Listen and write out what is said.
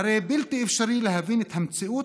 הרי בלתי אפשרי להבין את המציאות